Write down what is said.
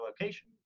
location